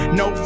no